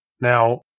Now